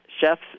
Chefs